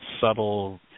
subtle